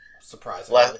Surprisingly